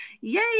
Yay